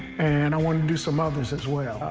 and i wanted to do some others as well.